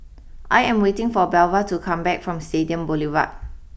I am waiting for Belva to come back from Stadium Boulevard